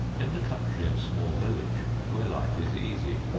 in the country and small village, where life is easy,